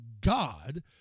God